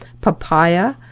papaya